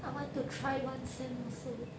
I want to try one sem also